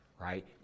Right